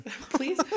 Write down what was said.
please